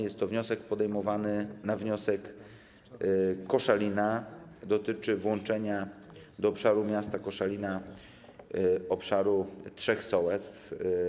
Jest to wniosek podejmowany przez miasto Koszalin i dotyczy włączenia do obszaru miasta Koszalina obszaru trzech sołectw.